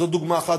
זו דוגמה אחת,